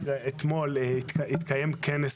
כל בעלי